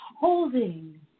holding